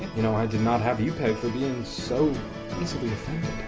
you know i did not have you pegged for being so easily offended.